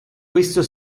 questo